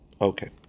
Okay